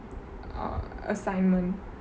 assignment